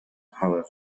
however